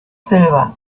silber